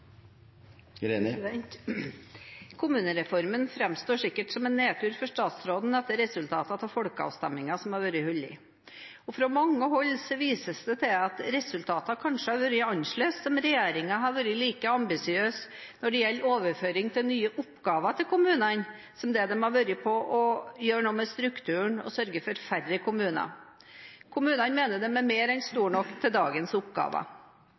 Kommunereformen framstår sikkert som en nedtur for statsråden etter resultatene av folkeavstemningene som har vært holdt. Fra mange hold vises det til at resultatene kanskje hadde vært annerledes om regjeringen hadde vært like ambisiøs når det gjelder overføring av nye oppgaver til kommunene, som det den har vært når det gjelder å gjøre noe med strukturen og å sørge for færre kommuner. Kommunene mener de er mer enn store nok til dagens oppgaver.